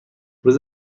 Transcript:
روز